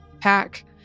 pack